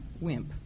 wimp